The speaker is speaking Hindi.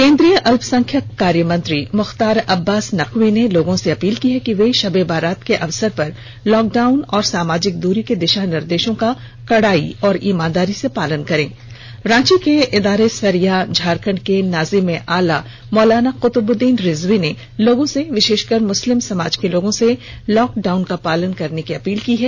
केन्द्रीय अल्पसंख्यक कार्य मंत्री मुख्तार अब्बास नकवी ने लोगों से अपील की कि वे शबे बारात के अवसर पर लॉकडाउन और सामाजिक दूरी के दिशा निर्देशों का कड़ाई और ईमानदारी से पालन उधर रांची के एदारा ए सरिया झारखंड के नाजिम ए आला मौलाना कुतुबुद्दीन रिजवी ने लोगों से विषेषकर मुसलिम समाज के लोगों से लॉकडाउन का पालन करने की अपील की है